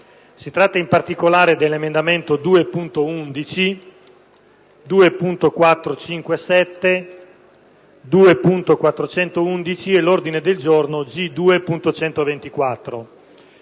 Si tratta, in particolare, degli emendamenti 2.11, 2.457, 2.411 e dell'ordine del giorno G2.124.